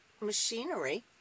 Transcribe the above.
machinery